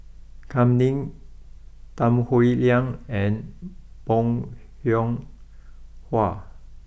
Kam Ning Tan Howe Liang and Bong Hiong Hwa